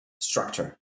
structure